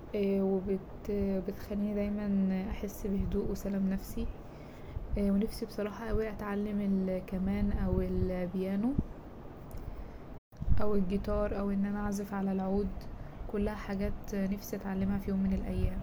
وبت- وبتخليني دايما احس بهدوء وسلام نفسي ونفسي بصراحة اوي اتعلم الكمان او البيانو أو الجيتار أو ان انا اعزف على العود كلها حاجات نفسي اتعلمها في يوم من الأيام.